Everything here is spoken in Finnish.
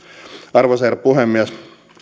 arvoisa herra puhemies